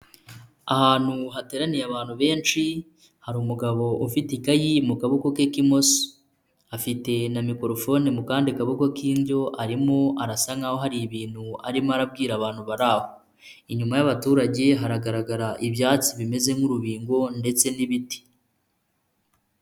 Ahantu hateraniye abantu benshi hari umugabo ufite ikayi mu kaboko ke k'imoso, afite na microphone mu kandi kaboko k'indyo arimo arasa nkaho hari ibintu arimo arabwira abantu bari aho, inyuma y'abaturage haragaragara ibyatsi bimeze nk'urubingo ndetse n'ibiti.